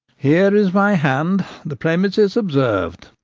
here is my hand the premises observ'd,